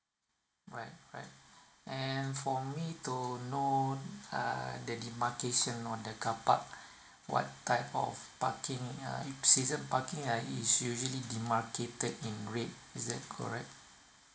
right right and for me to know uh the demarcation on the carpark what type of parking uh if season parking uh is usually demarcated in red is it correct